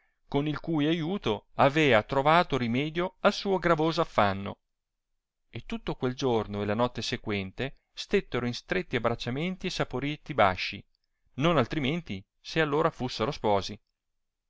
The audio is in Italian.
con il cui aiuto avea trovato rimedio al suo gravoso affanno e tutto quel giorno e la notte sequente stettero in stretti abbracciamenti e saporiti basci non altrimenti se all ora lusserò sposi